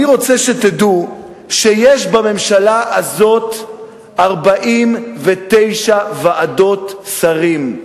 אני רוצה שתדעו שיש בממשלה הזאת 49 ועדות שרים.